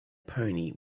pony